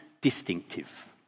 distinctive